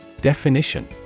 Definition